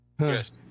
Yes